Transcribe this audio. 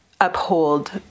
uphold